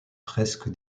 fresque